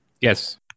Yes